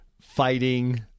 fighting